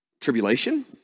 Tribulation